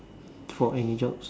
for any jobs